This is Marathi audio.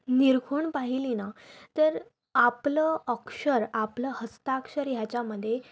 निरखून पहिली ना तर आपलं अक्षर आपलं हस्ताक्षर ह्याच्यामध्ये